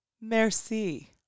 merci